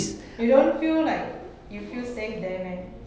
you don't feel like you feel safe there